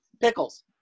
Pickles